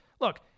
look –